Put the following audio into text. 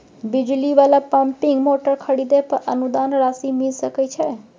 बिजली वाला pumping motor खरीदे पर अनुदान राशि मिल सके छैय?